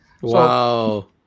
Wow